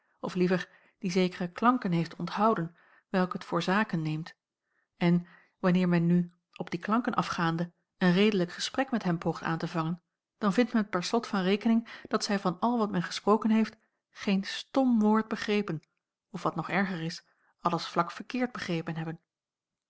of liever die zekere klanken heeft onthouden welke t voor zaken neemt en wanneer men nu op die klanken afgaande een redelijk gesprek met hen poogt aan te vangen dan vindt men per slot van rekening dat zij van al wat men gesproken heeft geen stom woord begrepen of wat nog erger is alles vlak verkeerd begrepen hebben